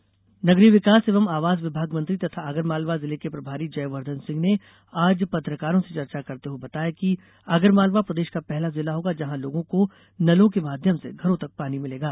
नल जल योजना नगरीय विकास एवं आवास विभाग मंत्री तथा आगरमालवा जिले के प्रभारी जयवर्द्दन सिंह ने आज पत्रकारों से चर्चा करते हुए बताया कि आगरमालवा प्रदेश का पहला जिला होगा जहां लोगों को नलों के माध्यम से घरों तक पानी मिलेगा